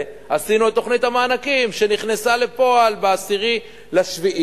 עשינו את תוכנית המענקים שנכנסה לפועל ב-10/7,